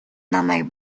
намайг